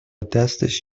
دستش